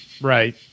Right